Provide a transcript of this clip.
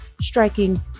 striking